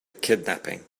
kidnapping